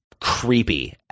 creepy